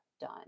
done